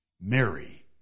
Mary